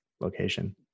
location